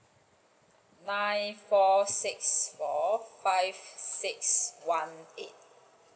nine four six four five six one eight